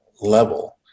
level